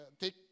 take